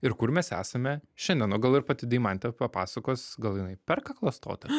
ir kur mes esame šiandien o gal ir pati deimantė papasakos gal jinai perka klastotes